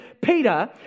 Peter